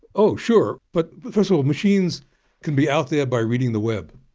oh, sure. but first of all machines can be out there by reading the web.